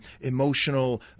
emotional